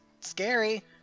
scary